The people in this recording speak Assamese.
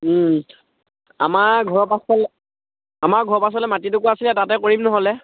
আমাৰ ঘৰৰ পাছফালে আমাৰ ঘৰৰ পাছফালে মাটিটুকুৰা আছিলে তাতে কৰিম নহ'লে